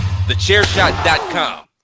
TheChairShot.com